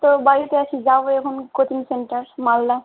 তো বাড়িতে আছি যাবো এখন কোচিং সেন্টার মালদা